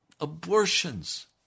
Abortions